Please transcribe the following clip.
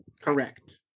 Correct